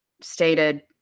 stated